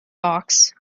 hawks